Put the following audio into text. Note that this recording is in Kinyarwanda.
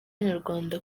nyarwanda